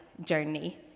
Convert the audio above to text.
journey